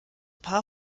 paar